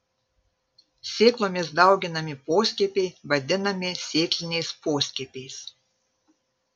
sėklomis dauginami poskiepiai vadinami sėkliniais poskiepiais